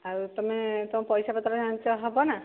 ଆଉ ତୁମେ ତୁମ ପଇସାପତ୍ର ଆଣିଛ ହେବନା